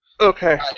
Okay